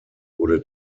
wurde